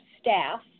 staff